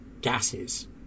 gases